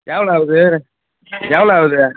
எவ்வளோ ஆகுது எவ்வளோ ஆகுது